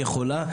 היא יכולה,